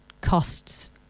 costs